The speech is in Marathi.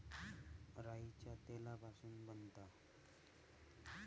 राईच्या तेलापासून बनता